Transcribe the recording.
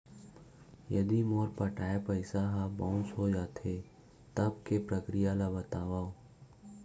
यदि मोर पटाय पइसा ह बाउंस हो जाथे, तब के प्रक्रिया ला बतावव